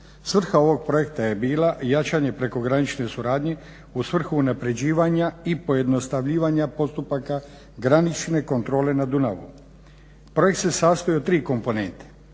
Svrha ovog projekta je bila jačanje prekogranične suradnje u svrhu unapređivanja i pojednostavljivanja postupaka granične kontrole na Dunavu. Projekt se sastoji od tri komponente.